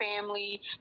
family